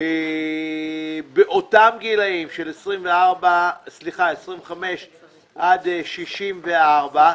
באותם גילאים של 25 עד 64,